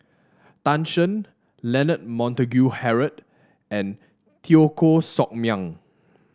Tan Shen Leonard Montague Harrod and Teo Koh Sock Miang